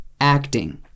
acting